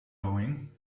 going